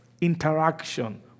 interaction